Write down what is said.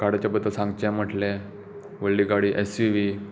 गाडयेच्या बद्दल सांगचे म्हळें व्हडली गाडी एस यू व्ही